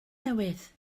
newydd